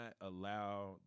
allow